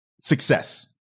success